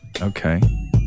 okay